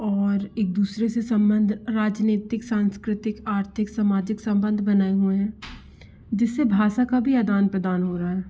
और एक दूसरे से संबंध राजनैतिक सांस्कृतिक आर्थिक सामाजिक संबंध बनाए हुए हैं जिससे भाषा का भी आदान प्रदान हो रहा है